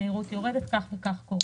אם המהירות יורדת כך וכך קורה.